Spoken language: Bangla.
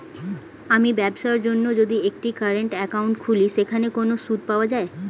আমি ব্যবসার জন্য যদি একটি কারেন্ট একাউন্ট খুলি সেখানে কোনো সুদ পাওয়া যায়?